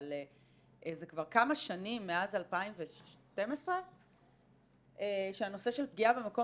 אבל זה כבר כמה שנים מאז 2012 שהנושא של פגיעה במקום